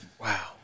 Wow